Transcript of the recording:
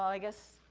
i guess,